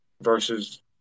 versus